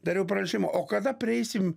dariau pranešimą o kada prieisim